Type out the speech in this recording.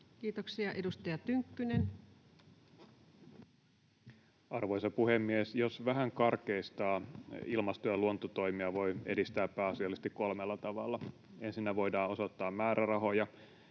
Time: 18:26 Content: Arvoisa puhemies! Jos vähän karkeistaa, ilmasto- ja luontotoimia voi edistää pääasiallisesti kolmella tavalla. Ensinnä voidaan osoittaa määrärahoja